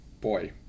boy